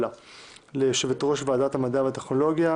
למינוי יושבי-ראש ועדת המדע והטכנולוגיה והוועדה המיוחדת לזכויות הילד.